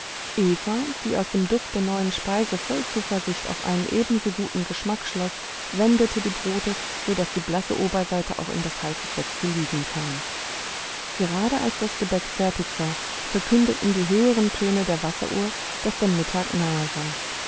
eva die aus dem duft der neuen speise voll zuversicht auf einen ebenso guten geschmack schloß wendete die brote so daß die blasse oberseite auch in das heiße fett zu liegen kam gerade als das gebäck fertig war verkündeten die höheren töne der wasseruhr daß der mittag nahe war